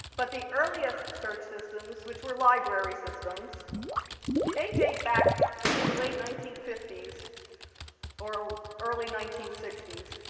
but the earliest search systems which were library systems they date back in to the late nineteen fifty s or early nineteen sixty s